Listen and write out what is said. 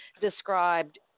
described